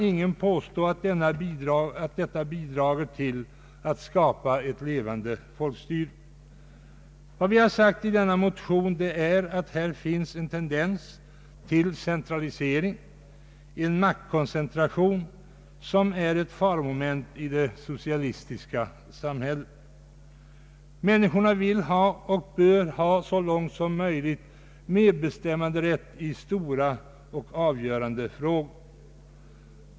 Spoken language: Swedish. Ingen kan påstå att detta bidrager till att skapa ett levande folkstyre. Vad vi har sagt i motionen är att här finns en tendens till en centralisering, till en maktkoncentration, som utgör ett faromoment i det socialistiska samhället. Människorna vill ha — och bör ha så långt som möjligt — medbestämmanderätt i stora och avgörande frågor.